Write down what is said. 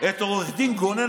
לאנשים ששורפים בתים קוראים